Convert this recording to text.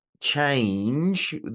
change